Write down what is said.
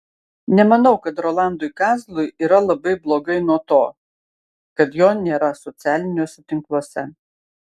nemanau kad rolandui kazlui yra labai blogai nuo to kad jo nėra socialiniuose tinkluose